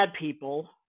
people